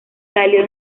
salió